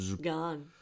Gone